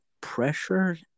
pressure